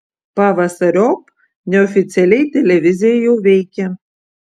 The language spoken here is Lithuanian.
pavasariop neoficialiai televizija jau veikia